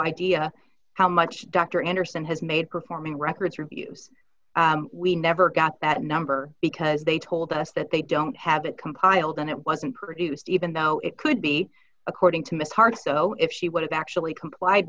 idea how much dr anderson has made performing records reviews we never got that number because they told us that they don't have it compiled and it wasn't produced even though it could be according to miss hart though if she would have actually complied